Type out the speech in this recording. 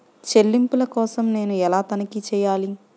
చెల్లింపుల కోసం నేను ఎలా తనిఖీ చేయాలి?